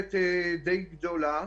בצומת די גדול.